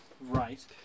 Right